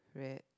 red